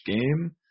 game